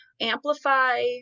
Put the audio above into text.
amplify